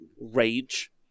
rage